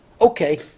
Okay